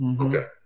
Okay